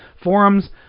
forums